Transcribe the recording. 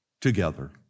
together